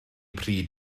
pryd